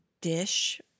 dish